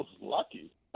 lucky